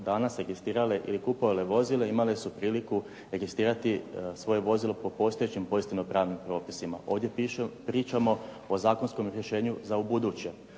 i kupovale vozila imale su priliku registrirati svoje vozilo po postojećim pozitivno pravnim propisima. Ovdje pričamo o zakonskom rješenju za ubuduće.